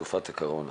בתקופת הקורונה.